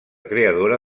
creadora